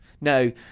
Now